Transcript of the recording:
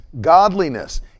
godliness